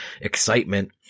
excitement